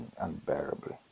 unbearably